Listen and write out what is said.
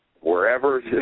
wherever